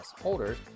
holders